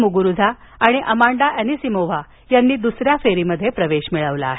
Muguruza आणि Amanda Anisimova यांनी दुसऱ्या फेरीत प्रवेश मिळवला आहे